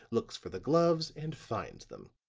looks for the gloves, and finds them.